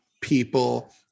people